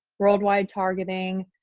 worldwide targeting,